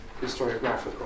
historiographical